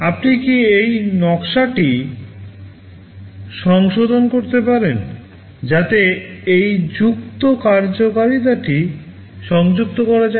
আপনি কি এই নকশাটি সংশোধন করতে পারেন যাতে এই যুক্ত কার্যকারিতাটি সংযুক্ত করা যায়